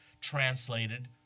translated